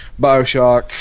Bioshock